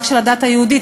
רק של הדת היהודית,